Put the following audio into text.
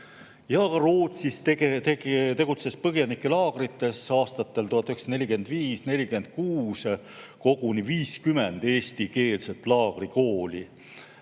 Rootsis tegutses põgenikelaagrites aastatel 1945–1946 koguni 50 eestikeelset laagrikooli.